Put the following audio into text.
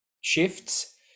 shifts